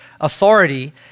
authority